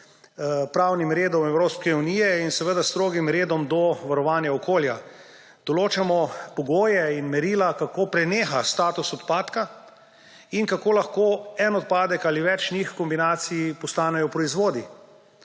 pravnim redom Evropske unije in strogim redom do varovanja okolja. Določamo pogoje in merila, kako preneha status odpadka in kako lahko en odpadek ali več njih v kombinaciji postanejo proizvodi.